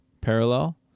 parallel